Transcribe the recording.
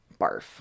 Barf